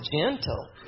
gentle